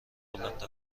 بلند